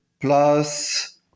plus